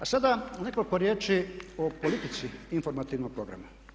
A sada nekoliko riječi o politici informativnog programa.